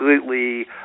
completely